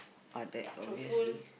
ah that's obviously